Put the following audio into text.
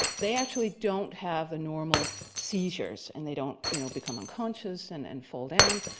they actually don't have normal seizures and they don't you know become unconscious and and fall down.